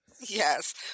Yes